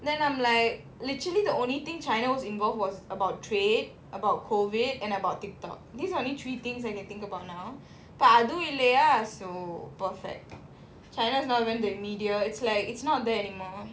then I'm like literally the only thing china was involved was about trade about COVID and about TikTok these are only three things I can think about now இப்ப அதுவும் இல்லயா:ippa athuvum illayaa so perfect china's not even in the media it's like it's not there anymore